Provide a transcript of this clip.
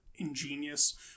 Ingenious